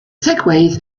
segues